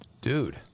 Dude